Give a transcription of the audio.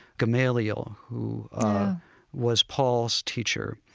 gamaliel, who was paul's teacher,